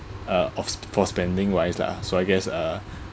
uh of for spending wise lah so I guess uh